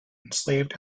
enslaved